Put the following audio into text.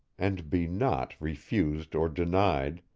and be not refused or denied,